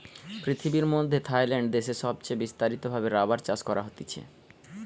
পৃথিবীর মধ্যে থাইল্যান্ড দেশে সবচে বিস্তারিত ভাবে রাবার চাষ করা হতিছে